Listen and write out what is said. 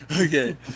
Okay